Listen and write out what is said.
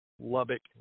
Lubbock